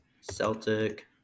Celtic